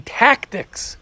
tactics